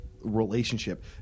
relationship